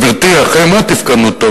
גברתי, אחרי מה תפקדנו טוב?